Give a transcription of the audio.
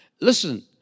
listen